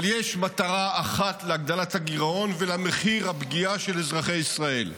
אבל יש מטרה אחת להגדלת הגירעון ולמחיר הפגיעה באזרחי ישראל: